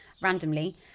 randomly